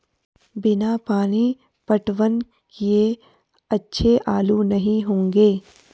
बिना पानी पटवन किए अच्छे आलू नही होंगे